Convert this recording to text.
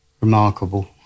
remarkable